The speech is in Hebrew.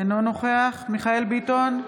אינו נוכח מיכאל מרדכי ביטון,